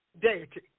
deity